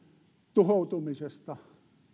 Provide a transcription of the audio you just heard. tuhoutumisesta